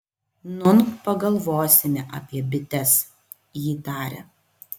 nūn pagalvosime apie bites ji tarė